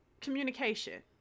Communication